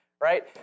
right